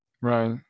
Right